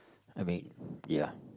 I mean ya